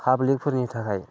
पाब्लिगफोरनि थाखाय